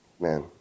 Man